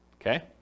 Okay